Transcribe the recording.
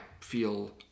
feel